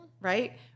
Right